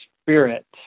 spirit